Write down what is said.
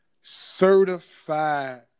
certified